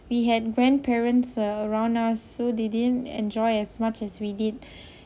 we had grandparents uh around us so they didn't enjoy as much as we did